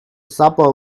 supper